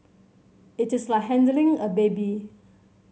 it is like handling a baby